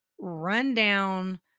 run-down